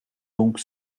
donc